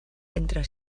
entre